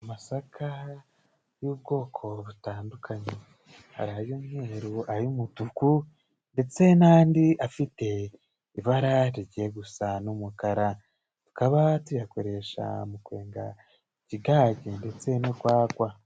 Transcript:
Amasaka y'ubwoko butandukanye, hari ay'umweru, ay'umutuku, ndetse n'andi afite ibara rigiye gusa n'umukara, tukaba tuyakoresha mu kwenga ikigage, ndetse n'urwagwa.